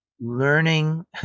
learning